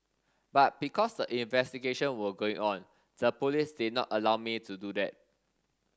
but because the investigation were going on the police did not allow me to do that